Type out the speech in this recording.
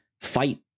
fight